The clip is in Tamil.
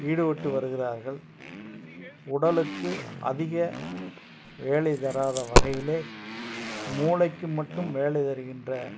ஈடுப்பட்டு வருகிறார்கள் உடலுக்கு அதிக வேலை தராத வகையிலே மூளைக்கு மட்டும் வேலை தருகின்ற